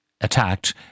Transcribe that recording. attacked